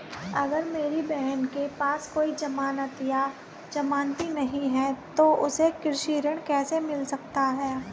अगर मेरी बहन के पास कोई जमानत या जमानती नहीं है तो उसे कृषि ऋण कैसे मिल सकता है?